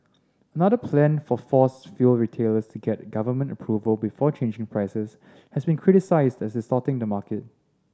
another plan for force fuel retailers to get government approval before changing prices has been criticised as distorting the market